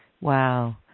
Wow